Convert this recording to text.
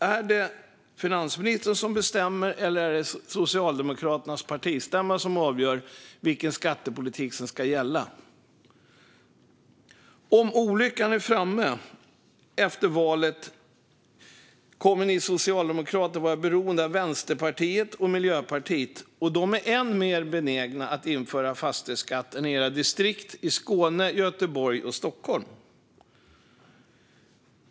Är det finansministern som bestämmer, eller är det Socialdemokraternas partistämma som avgör vilken skattepolitik som ska gälla? Om olyckan är framme efter valet kommer ni socialdemokrater att vara beroende av Vänsterpartiet och Miljöpartiet. De är än mer benägna att införa fastighetsskatt än era distrikt i Skåne, Göteborg och Stockholm.